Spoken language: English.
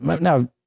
now